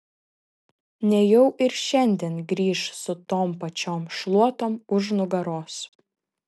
nejau ir šiandien grįš su tom pačiom šluotom už nugaros